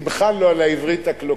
נמחל לו על העברית הקלוקלת,